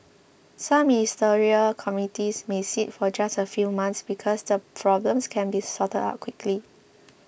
some Ministerial committees may sit for just a few months because the problems can be sorted out quickly